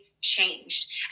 changed